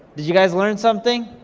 did you guys learn something?